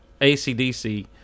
ACDC